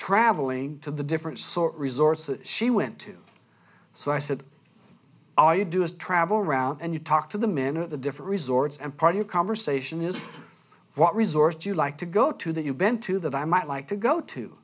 travelling to the different sort resources she went to so i said all you do is travel around and you talk to the men of the different resorts and part of a conversation is what resorts you like to go to that you've been to that i might like to go to